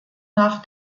nach